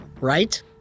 right